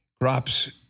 crops